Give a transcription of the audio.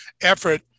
effort